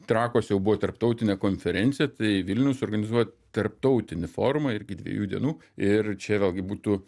trakuose jau buvo tarptautinė konferencija tai vilniaus organizuot tarptautinį forumą irgi dviejų dienų ir čia vėlgi būtų